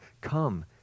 come